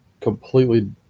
completely